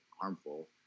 harmful